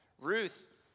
Ruth